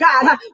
God